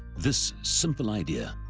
this simple idea,